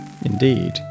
Indeed